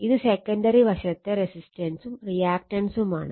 ഇത് സെക്കണ്ടറി വശത്തെ റെസിസ്റ്റൻസും റിയാക്റ്റൻസുമാണ്